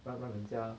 让让人家